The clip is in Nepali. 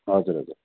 हजुर हजुर